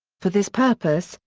for this purpose,